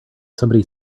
somebody